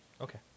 Okay